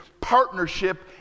partnership